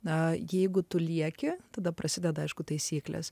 na jeigu tu lieki tada prasideda aišku taisykles